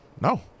No